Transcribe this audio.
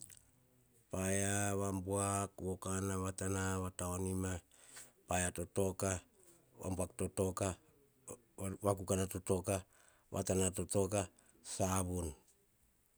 Paia, vambuak, vokana, vatana, vataunima, paia totoka, vambuak totoka, kukaha totoka, vatana totoka, savun.